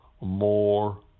more